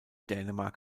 dänemark